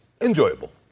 enjoyable